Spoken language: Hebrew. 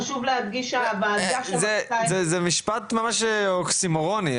חשוב להדגיש שהוועדה זה משפט ממש אוקסימורוני.